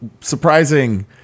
surprising